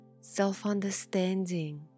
self-understanding